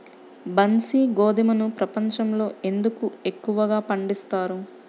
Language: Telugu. బన్సీ గోధుమను ప్రపంచంలో ఎందుకు ఎక్కువగా పండిస్తారు?